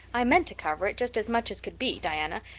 i meant to cover it just as much as could be, diana,